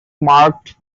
marked